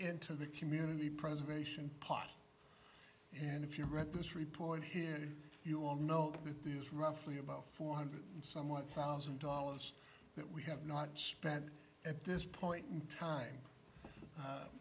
into the community preservation part and if you read this report here you will know that these roughly about four hundred some one thousand dollars that we have not spent at this point in time